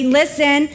listen